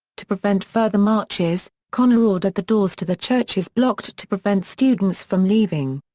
to prevent further marches, connor ordered the doors to the churches blocked to prevent students from leaving.